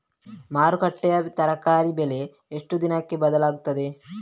ಮಾರುಕಟ್ಟೆಯ ತರಕಾರಿ ಬೆಲೆ ಎಷ್ಟು ದಿನಕ್ಕೆ ಬದಲಾಗುತ್ತದೆ?